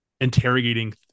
interrogating